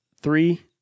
three